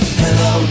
hello